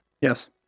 Yes